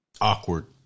awkward